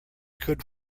could